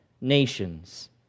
nations